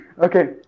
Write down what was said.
Okay